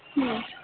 ಹ್ಞೂ